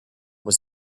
was